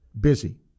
busy